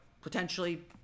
potentially